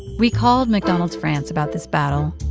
we called mcdonald's france about this battle.